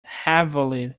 heavily